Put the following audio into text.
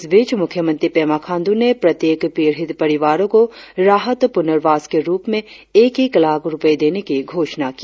इस बीच मुख्य मंत्री पेमा खांडू ने प्रत्येक पीड़ित परिवारो को राहत पुर्नवास के रुप में एक एक लाख रुपये देने की घोषणा की